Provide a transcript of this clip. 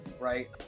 right